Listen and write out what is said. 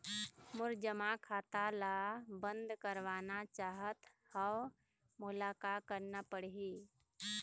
मोर जमा खाता ला बंद करवाना चाहत हव मोला का करना पड़ही?